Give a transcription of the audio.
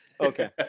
Okay